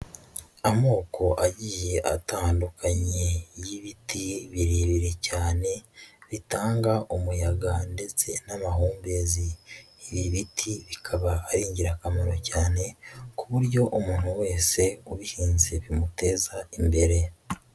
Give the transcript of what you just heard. Amoko agiye atandukanye y'ibiti birebire cyane bitanga umuyaga ndetse n'amahumbezi, ibi biti bikaba ari ingirakamaro cyane ku buryo umuntu wese ubihinze bimuteza imbere.